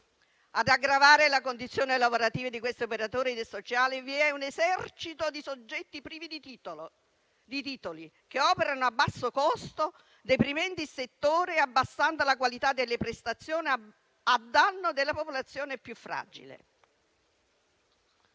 Ad aggravare la condizione lavorativa di questi operatori sociali vi è un esercito di soggetti privi di titoli che operano a basso costo, deprimendo il settore e abbassando la qualità delle prestazioni a danno della popolazione più fragile.